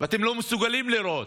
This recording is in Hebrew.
ואתם לא מסוגלים לראות,